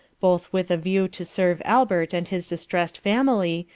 both with a view to serve albert and his distressed family,